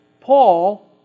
Paul